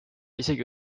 isegi